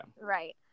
right